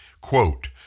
quote